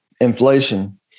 inflation